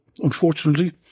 Unfortunately